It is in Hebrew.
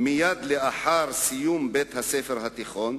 מייד לאחר סיום בית-הספר התיכון.